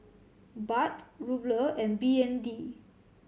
Baht Ruble and B N D